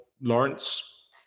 Lawrence